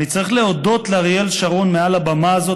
"אני צריך להודות לאריאל שרון מעל הבמה הזאת